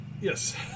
Yes